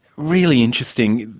really interesting.